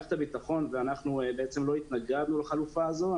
ומערכת הביטחון ואנחנו בעצם לא התנגדנו לחלופה הזו.